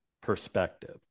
perspective